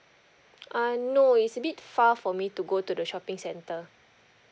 err no it's a bit far for me to go to the shopping centre